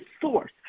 source